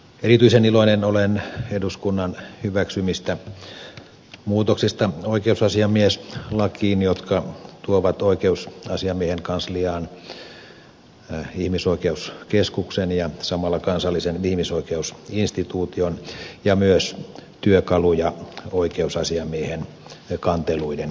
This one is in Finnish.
erityisen iloinen olen eduskunnan hyväksymistä muutoksista oikeusasiamieslakiin jotka tuovat oikeusasiamiehen kansliaan ihmisoikeuskeskuksen ja samalla kansallisen ihmisoikeusinstituution ja myös työkaluja oikeusasiamiehen kanteluiden käsittelyprosessiin